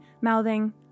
mouthing